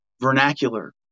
vernacular